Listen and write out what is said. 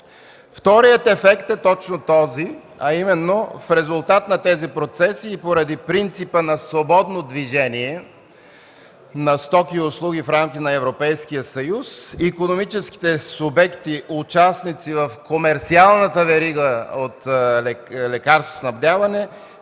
Вторият ефект е точно този – в резултат на тези процеси и поради принципа на свободно движение на стоки и услуги в рамките на Европейския съюз, икономическите субекти, участници в комерсиалната верига от лекарствоснабдяването,